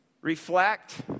reflect